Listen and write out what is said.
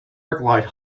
arclight